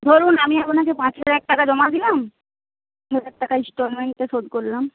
ধরুন আমি আপনাকে পাঁচ হাজার টাকা জমা দিলাম হাজার টাকা ইন্সটলমেন্টে শোধ করলাম